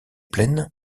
plaines